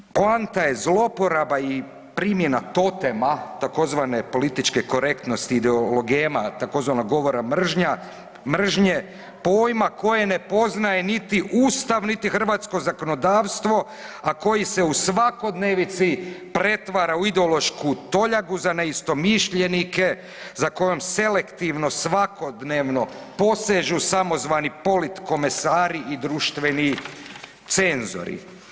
Dakle, poanta je zloporaba i primjena totema tzv. političke korektnosti ideologema tzv. govora mržnje pojma koje ne poznaje niti Ustav, niti hrvatsko zakonodavstvo, a koji se u svakodnevici pretvara u ideološku toljagu za neistomišljenike za kojom selektivno svakodnevno posežu samozvani politkomesari i društveni cenzori.